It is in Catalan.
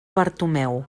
bartomeu